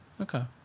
Okay